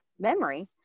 memory